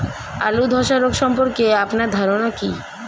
আলু ধ্বসা রোগ সম্পর্কে আপনার ধারনা কী?